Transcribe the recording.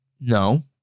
No